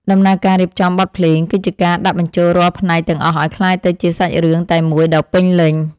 ដំណើរការរៀបចំបទភ្លេងគឺជាការដាក់បញ្ចូលរាល់ផ្នែកទាំងអស់ឱ្យក្លាយទៅជាសាច់រឿងតែមួយដ៏ពេញលេញ។